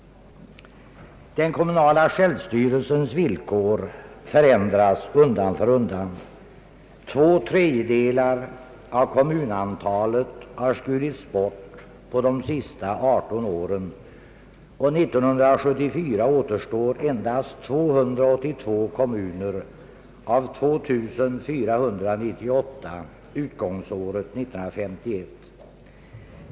Den kommunala självstyrelsens villkor förändras undan för undan. Två tredjedelar av kommunantalet har skurits bort under de senaste 18 åren och 1974 återstår endast 282 kommuner av 2498 utgångsåret 1951.